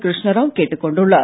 கிருஷ்ணாராவ் கேட்டுக்கொண்டுள்ளார்